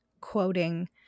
quoting